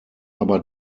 aber